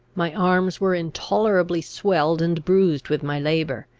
my arms were intolerably swelled and bruised with my labour,